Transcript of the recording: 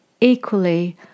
Equally